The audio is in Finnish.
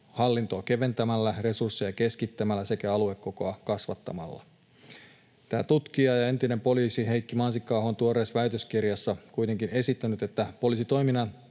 hallintoa keventämällä, resursseja keskittämällä sekä aluekokoa kasvattamalla. Tämä tutkija ja entinen poliisi Heikki Mansikka-aho on tuoreessa väitöskirjassaan kuitenkin esittänyt, että poliisitoiminnan